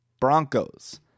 Broncos